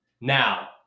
Now